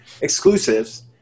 exclusives